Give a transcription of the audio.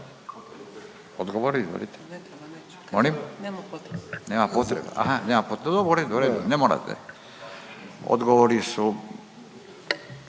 Odgovori su